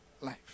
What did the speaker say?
life